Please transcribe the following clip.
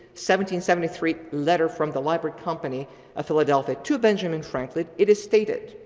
seventy seventy three letter from the library company of philadelphia to benjamin franklin it stated,